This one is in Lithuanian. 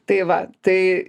tai va tai